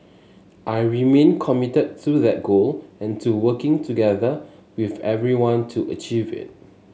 I remain committed to that goal and to working together with everyone to achieve it